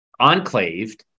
enclaved